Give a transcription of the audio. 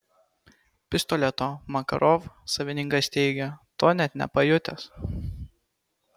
pistoleto makarov savininkas teigia to net nepajutęs